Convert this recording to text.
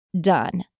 done